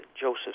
Joseph